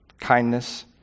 kindness